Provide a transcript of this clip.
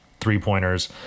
three-pointers